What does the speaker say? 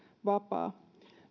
vapaa